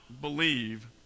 believe